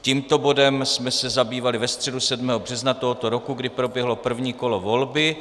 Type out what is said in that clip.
Tímto bodem jsme se zabývali ve středu 7. března tohoto roku, kdy proběhlo první kolo volby.